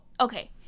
okay